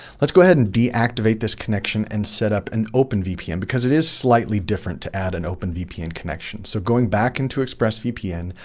let's go ahead and deactivate this connection and set up an openvpn because it is slightly different to add an openvpn connection. so going back into expressvpn,